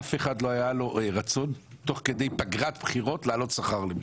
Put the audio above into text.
אף אחד לא היה לו רצון תוך כדי פגרת בחירות להעלות שכר למישהו.